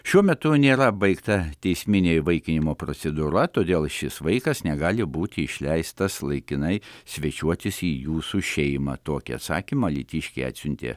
šiuo metu nėra baigta teisminė įvaikinimo procedūra todėl šis vaikas negali būti išleistas laikinai svečiuotis į jūsų šeimą tokį atsakymą alytiškiai atsiuntė